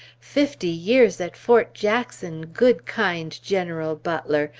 fifty years at fort jackson, good, kind general butler,